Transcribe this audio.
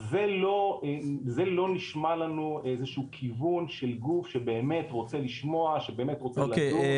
זה לא נשמע לנו איזשהו כיוון של גוף שבאמת רוצה לשמוע שבאמת רוצה לדון.